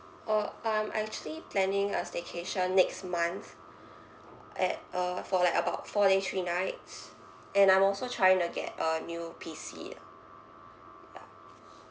uh I'm I actually planning a staycation next month at uh for like about four days three nights and I'm also trying to get a new P_C ah yeah